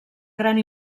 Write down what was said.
gran